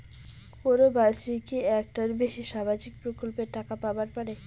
কোনো মানসি কি একটার বেশি সামাজিক প্রকল্পের টাকা পাবার পারে?